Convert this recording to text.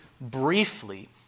briefly